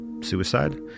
suicide